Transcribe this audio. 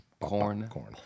corn